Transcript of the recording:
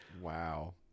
wow